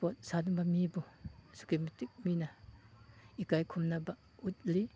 sport ꯁꯥꯟꯅꯕ ꯃꯤꯕꯨ ꯑꯁꯨꯛꯀꯤ ꯃꯇꯤꯛ ꯃꯤꯅ ꯏꯀꯥꯏ ꯈꯨꯝꯅꯕ ꯎꯠꯂꯤ